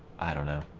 i don't know